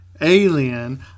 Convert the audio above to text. Alien